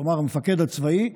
כלומר המפקד הצבאי,